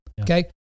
Okay